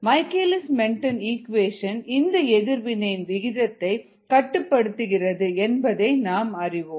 Michaelis Menten equation இந்த எதிர்வினையின் விகிதத்தை கட்டுப்படுத்துகிறது என்பதை நாம் அறிவோம்